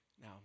Now